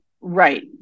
right